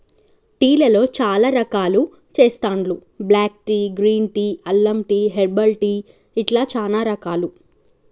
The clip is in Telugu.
టీ లలో చాల రకాలు చెస్తాండ్లు బ్లాక్ టీ, గ్రీన్ టీ, అల్లం టీ, హెర్బల్ టీ ఇట్లా చానా రకాలు